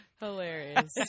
Hilarious